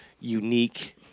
unique